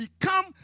become